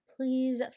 please